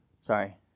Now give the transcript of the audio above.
Sorry